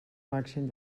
màxim